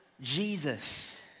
Jesus